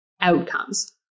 outcomes